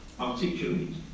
articulate